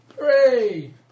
Hooray